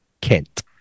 Kent